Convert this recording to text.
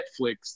Netflix